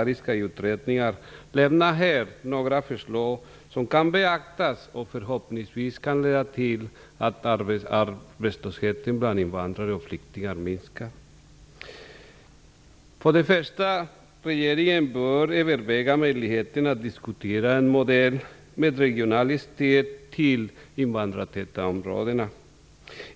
och utredningarna lämna några förslag som kan beaktas och förhoppningsvis leda till att arbetslösheten bland invandrare och flyktingar minskar. För det första: Regeringen bör överväga möjligheten att diskutera en modell med regionalt stöd till invandrartäta områden.